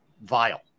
vile